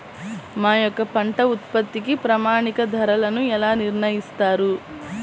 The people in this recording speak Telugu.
మా యొక్క పంట ఉత్పత్తికి ప్రామాణిక ధరలను ఎలా నిర్ణయిస్తారు?